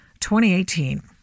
2018